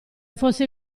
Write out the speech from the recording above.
fosse